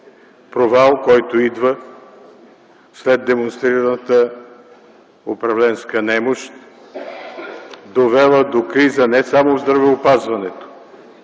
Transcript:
провал, който идва след демонстрираната управленска немощ, довела до криза не само в здравеопазването,